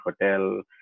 hotel